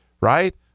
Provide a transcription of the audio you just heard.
right